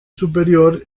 superior